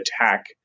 attack